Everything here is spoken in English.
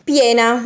piena